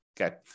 okay